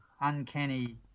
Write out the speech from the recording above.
uncanny